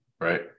Right